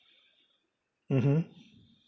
mmhmm